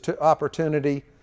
opportunity